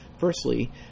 Firstly